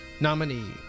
nominee